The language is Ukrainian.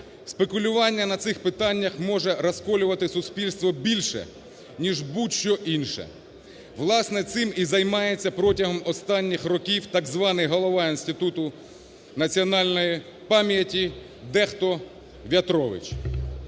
Спекулювання на цих питаннях може розколювати суспільство більше ніж будь-що інше. Власне, цим і займається протягом останніх років так званий голова Інституту національної пам'яті дехто В'ятрович.